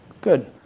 Good